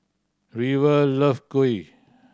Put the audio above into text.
River love kuih